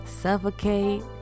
Suffocate